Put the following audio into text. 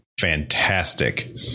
fantastic